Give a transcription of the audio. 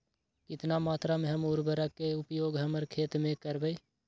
कितना मात्रा में हम उर्वरक के उपयोग हमर खेत में करबई?